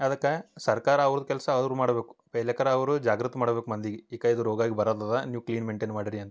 ಅದಕ್ಕೆ ಸರ್ಕಾರ ಅವ್ರ್ದ ಕೆಲಸ ಅವರು ಮಾಡ್ಬಕು ಪೆಹ್ಲೆಕರ ಅವರು ಜಾಗೃತಿ ಮಾಡ್ಬಕು ಮಂದಿಗಿ ಈಕ ಇದು ರೋಗ ಇದು ಬರೋದದ ನೀವು ಕ್ಲೀನ್ ಮೇಯ್ನ್ಟೇನ್ ಮಾಡಿ ರೀ ಅಂತ